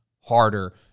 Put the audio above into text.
harder